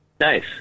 Nice